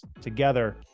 together